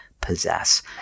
possess